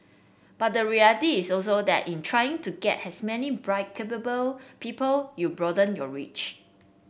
but the reality is also that in trying to get as many bright capable people you broaden your reach